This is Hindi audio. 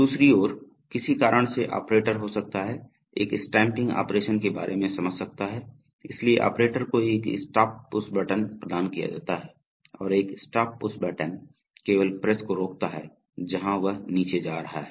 दूसरी ओर किसी कारण से ऑपरेटर हो सकता है एक स्टैंपिंग ऑपरेशन के बारे में समझ सकता है इसलिए ऑपरेटर को एक स्टॉप पुश बटन प्रदान किया जाता है और एक स्टॉप पुश बटन केवल प्रेस को रोकता है जहां वह नीचे जा रहा है